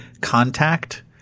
Contact